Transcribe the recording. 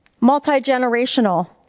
Multi-generational